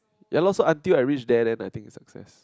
ya lor so until I reach there then I think is success